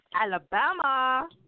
Alabama